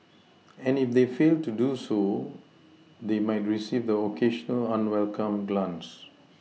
and if they fail to do so they might receive the occasional unwelcome glance